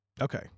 Okay